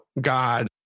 God